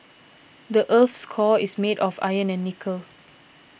the earth's core is made of iron and nickel